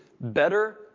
better